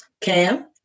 Cam